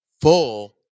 Full